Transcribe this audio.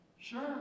Sure